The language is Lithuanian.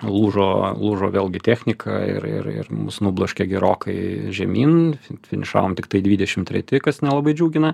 lūžo lūžo vėlgi technika ir ir ir mus nubloškė gerokai žemyn finišavom tiktai dvidešim treti kas nelabai džiugina